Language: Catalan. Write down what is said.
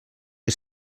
que